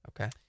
Okay